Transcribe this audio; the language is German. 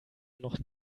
noch